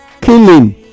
Killing